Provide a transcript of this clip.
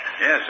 Yes